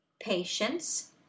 patience